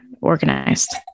organized